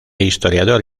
historiador